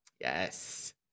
Yes